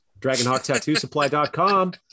Dragonhawktattoosupply.com